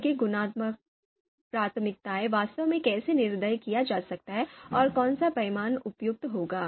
उनकी गुणात्मक प्राथमिकताएं वास्तव में कैसे निर्धारित की जा सकती हैं और कौन सा पैमाना उपयुक्त होगा